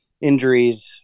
injuries